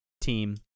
Team